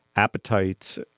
appetites